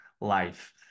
Life